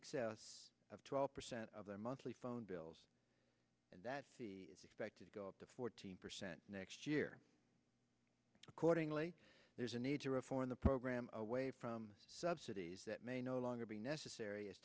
excess of twelve percent of their monthly phone bills and that is expected to go up to fourteen percent next year accordingly there's a need to reform the program away from subsidies that may no longer be necessary as